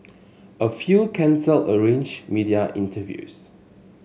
a few cancelled arranged media interviews